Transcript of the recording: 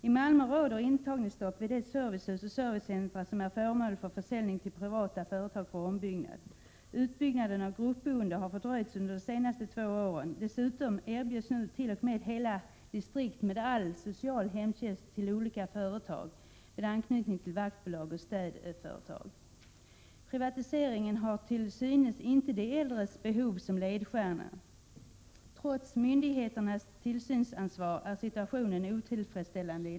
I Malmö råder intagningsstopp vid de servicehus och servicecentra som är föremål för försäljning till privata företag för ombyggnad. Utbyggnaden och gruppboendet har fördröjts under de senaste två åren. Nu erbjuds t.o.m. hela distrikt med all social hemtjänst till olika företag med anknytning till vaktbolag och städföretag. Privatiseringen har som synes inte de äldres behov som ledstjärna. Trots myndigheternas tillsynsansvar är situationen i dag otillfredsställande.